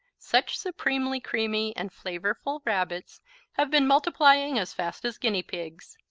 such supremely creamy and flavorful rabbits have been multiplying as fast as guinea pigs.